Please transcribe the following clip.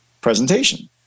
presentation